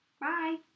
Bye